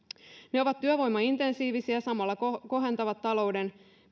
ne ovat työvoimaintensiivisiä samalla kohentavat talouden